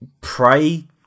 pray